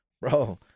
bro